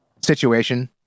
situation